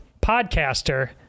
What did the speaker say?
podcaster